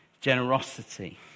generosity